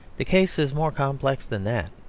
the case is more complex than that.